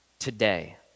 today